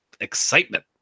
excitement